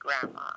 grandma